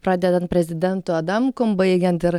pradedant prezidentu adamkum baigiant ir